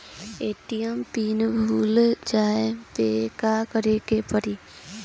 ATM PIN भूल जाए पे का करे के पड़ी?